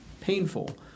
painful